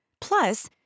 Plus